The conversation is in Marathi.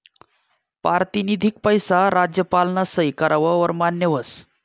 पारतिनिधिक पैसा राज्यपालना सही कराव वर मान्य व्हस